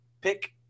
pick